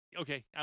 Okay